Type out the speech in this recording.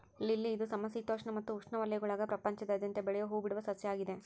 lily ಇದು ಸಮಶೀತೋಷ್ಣ ಮತ್ತು ಉಷ್ಣವಲಯಗುಳಾಗ ಪ್ರಪಂಚಾದ್ಯಂತ ಬೆಳಿಯೋ ಹೂಬಿಡುವ ಸಸ್ಯ ಆಗಿದೆ